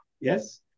Yes